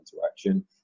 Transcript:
interaction